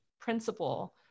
principle